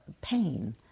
pain